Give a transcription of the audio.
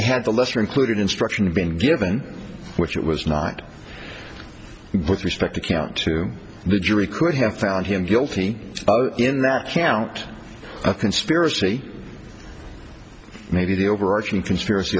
had the lesser included instruction been given which it was not with respect to count two the jury could have found him guilty in that count a conspiracy maybe the overarching conspiracy